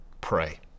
pray